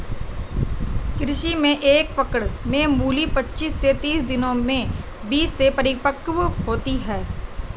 कृषि में एक पकड़ में मूली पचीस से तीस दिनों में बीज से परिपक्व होती है